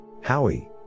Howie